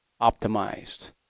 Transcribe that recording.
optimized